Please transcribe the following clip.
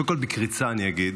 קודם כול, בקריצה אני אגיד,